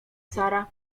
sara